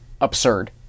absurd